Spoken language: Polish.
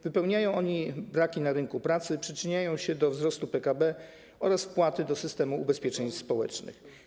Wypełniają oni braki na rynku pracy, przyczyniają się do wzrostu PKB oraz wpłat do systemu ubezpieczeń społecznych.